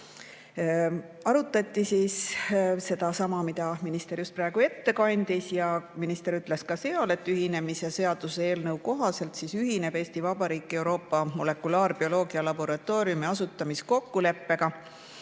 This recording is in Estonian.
Arutati sedasama, mida minister just ette kandis. Minister ütles ka seal, et seaduseelnõu kohaselt ühineb Eesti Vabariik Euroopa Molekulaarbioloogia Laboratooriumi asutamiskokkuleppega.